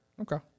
Okay